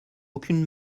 aucune